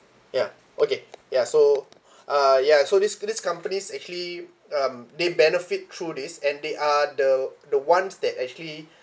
ya okay ya so uh ya so this this companies actually um they benefit through this and they are the the ones that actually